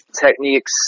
techniques